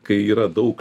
kai yra daug